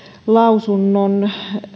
lausunnon